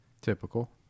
Typical